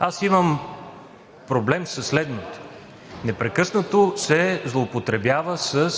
Аз имам проблем със следното: непрекъснато се злоупотребява с